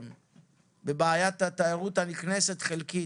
בבעיית התיירות הנכנסת ( בצורה חלקית).